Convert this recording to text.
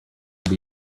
will